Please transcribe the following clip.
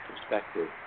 perspective